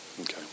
Okay